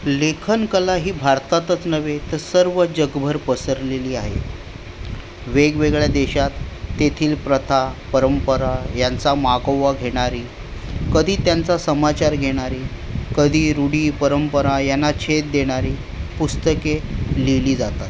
लेखनकला ही केवळ भारतातच नव्हे तर जगभर पसरली आहे वेगवेगळ्या देशात तेथील प्रथा परंपरा यांचा मागोवा घेणारी कदी त्यांचा समाचार घेणारी कदी रूढी परंपरा यांना छेद देणारी पुस्तके लिहिली जातात